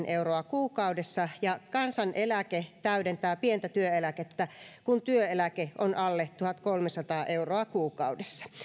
euroa kuukaudessa ja kansaneläke täydentää pientä työeläkettä kun työeläke on alle tuhatkolmesataa euroa kuukaudessa